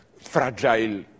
fragile